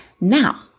Now